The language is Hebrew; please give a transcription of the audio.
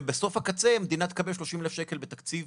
ובסוף הקצה המדינה תקבל 30,000 שקלים לתקציב